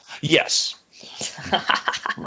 Yes